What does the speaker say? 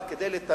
אבל כדי לתמוך